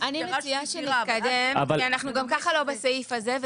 אני מציעה שנתקדם כי אנחנו גם ככה לא בסעיף הזה.